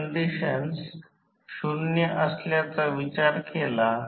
येथे input V1 I1 आहे आणि येथे आउटपुट प्रवाह आहे I2